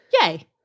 yay